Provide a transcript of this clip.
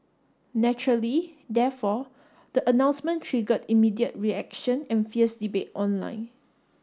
naturally therefore the announcement triggered immediate reaction and fierce debate online